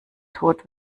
tod